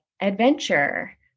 adventure